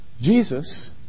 Jesus